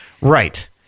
Right